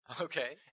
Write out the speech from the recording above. Okay